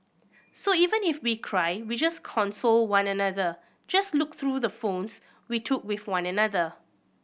so even if we cry we just console one another just look through the phones we took with one another